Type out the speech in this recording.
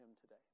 today